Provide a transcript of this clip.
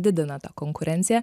didina tą konkurenciją